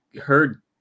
heard